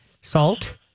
salt